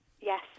Yes